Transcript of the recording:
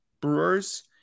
Brewers